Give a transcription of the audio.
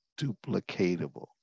duplicatable